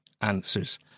answers